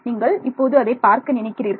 நீங்கள் இப்போது அதை பார்க்க நினைக்கிறீர்கள்